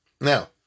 Now